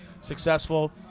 successful